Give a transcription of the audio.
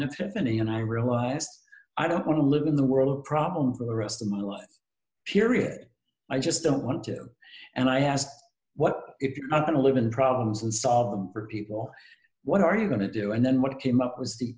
an epiphany and i rew i don't want to live in the world problem for the rest of my life period i just don't want to and i ask what if you're going to live in problems and solve for people what are you going to do and then what came up was the